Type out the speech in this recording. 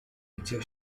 liceo